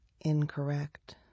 incorrect